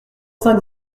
cinq